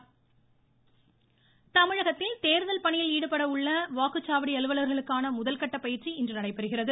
பயிற்சி தமிழகத்தில் தேர்தல் பணியில் ஈடுபட உள்ள வாக்குச்சாவடி அலுவலர்களுக்கான முதல் கட்ட பயிற்சி இன்று நடைபெறுகிறது